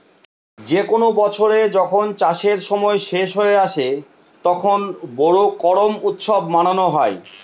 যে কোনো বছরে যখন চাষের সময় শেষ হয়ে আসে, তখন বোরো করুম উৎসব মানানো হয়